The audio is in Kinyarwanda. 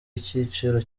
icyiciro